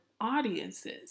audiences